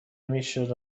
میشد